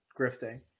grifting